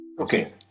Okay